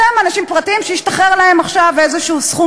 אותם אנשים פרטיים שהשתחרר להם עכשיו איזשהו סכום